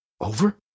Over